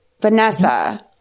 vanessa